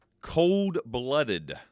Cold-blooded